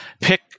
pick